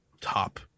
top